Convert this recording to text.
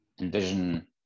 envision